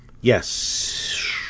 Yes